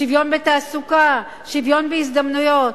שוויון בתעסוקה, שוויון בהזדמנויות.